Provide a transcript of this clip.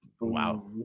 wow